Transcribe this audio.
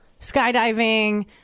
skydiving